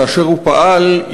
כאשר פעל,